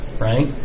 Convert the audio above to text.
right